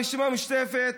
הרשימה המשותפת,